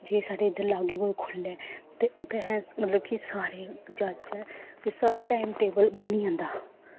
जे साढ़े इद्धर लाग्गै कोई खोह्ल्लै ते उत्थें असें मतलब कि सारे जाच्चै कि साढ़ा टाईम टेबल बनी जंदा